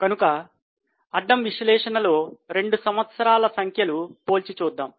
కనుక అడ్డము విశ్లేషణలో రెండు సంవత్సరాలు పోల్చి చూద్దాం